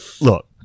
look